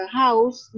house